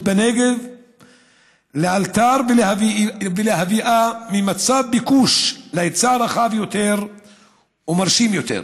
בנגב לאלתר ולהביא ממצב ביקוש להיצע רחב יותר ומרשים יותר.